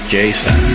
Jason